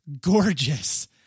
gorgeous